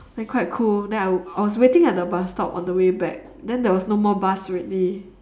then quite cool then I I was waiting at the bus stop on the way back then there was no more bus already